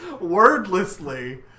wordlessly